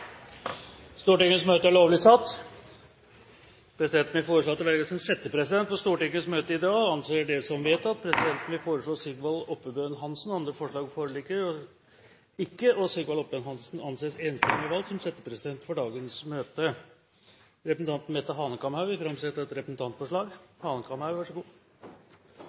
Stortingets møte i dag – og anser det som vedtatt. Presidenten vil foreslå Sigvald Oppebøen Hansen. – Andre forslag foreligger ikke, og Sigvald Oppbebøen Hansen anses enstemmig valgt som settepresident for dagens møte. Representanten Mette Hanekamhaug vil framsette et representantforslag.